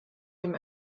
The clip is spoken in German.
dem